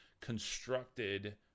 constructed